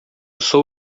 sou